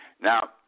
Now